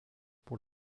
pour